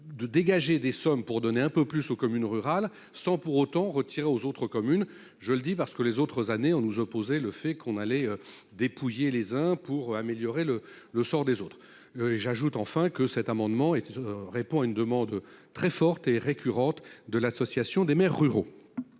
de dégager des sommes pour donner un peu plus aux communes rurales sans pour autant retirer aux autres communes, je le dis parce que les autres années on nous opposait le fait qu'on allait dépouiller les uns pour améliorer le le sort des autres j'ajoute enfin que cet amendement était répond à une demande très forte et récurrente de l'association des maires ruraux.